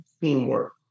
teamwork